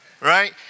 right